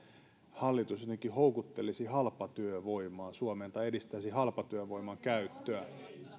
hallitus jotenkin houkuttelisi halpatyövoimaa suomeen tai edistäisi halpatyövoiman käyttöä